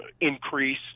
increase